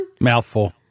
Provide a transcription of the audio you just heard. Mouthful